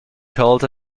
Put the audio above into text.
cold